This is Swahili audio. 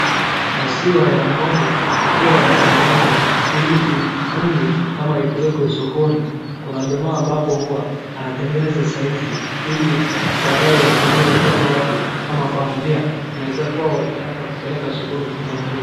Maziwa ya ngo'mbe ikiwa inatengenezwa ili ikunie ama ipelekwe sokoni. Kuna jamaa ambapo huwa anatengeneza saizi ili baadaye watumie watoto wake ama familia. Inaezakuwa wakitaka kupeleka sokoni wanunue.